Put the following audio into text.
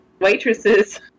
waitresses